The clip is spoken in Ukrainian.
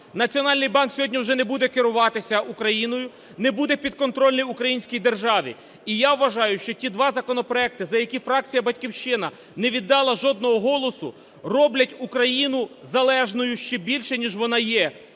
Національний банк сьогодні вже не буде керуватися Україною, не буде підконтрольний українській державі. І я вважаю, що ті два законопроекти, за які фракція "Батьківщина" не віддала жодного голосу, роблять Україну залежною ще більше, ніж вона є,